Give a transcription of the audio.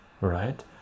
right